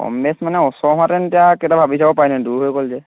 কম বেছ মানে ওচৰ হোৱা হেঁতেন এতিয়া কিবা এটা ভাবি চাব পাৰিলোঁ হেঁতেন দূৰ হৈ গ'ল যে